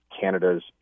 Canada's